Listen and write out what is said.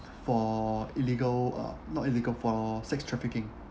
for illegal uh not illegal for sex trafficking